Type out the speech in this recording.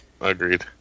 agreed